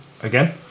again